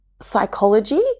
psychology